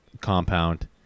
compound